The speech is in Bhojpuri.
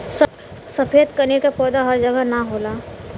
सफ़ेद कनेर के पौधा हर जगह ना होला